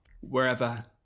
wherever